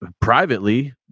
Privately